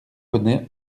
bonnet